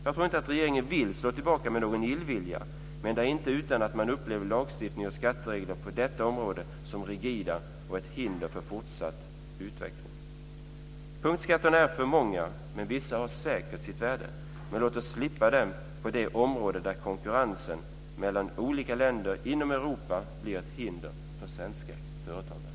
Jag tror inte att regeringen vill slå tillbaka med någon illvilja, men det är inte utan att man upplever lagstiftning och skatteregler på detta område som rigida och ett hinder för fortsatt utveckling. Punktskatterna är för många, men vissa har säkert sitt värde. Låt oss slippa dem på de områden där konkurrensen mellan olika länder i Europa blir ett hinder för svenska företagare!